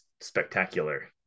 spectacular